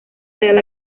real